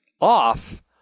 off